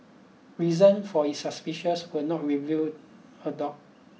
reason for its suspicions were not revealed adore